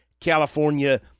california